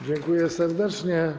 Dziękuję serdecznie.